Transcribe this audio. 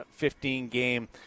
15-game